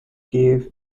kiev